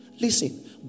Listen